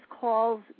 calls